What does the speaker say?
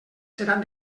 seran